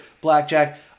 blackjack